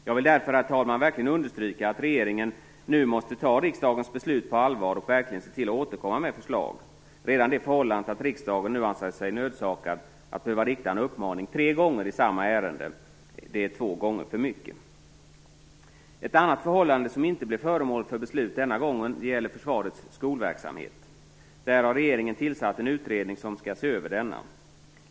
Jag vill därför, herr talman, verkligen understryka att regeringen nu måste ta riksdagens beslut på allvar och återkomma med förslag. Riksdagen anser sig nu nödsakad att rikta en uppmaning tre gånger i samma ärende, och det är redan två gånger för mycket. Ett annat förhållande som inte blir föremål för beslut denna gång är försvarets skolverksamhet. Regeringen har tillsatt en utredning som skall se över denna.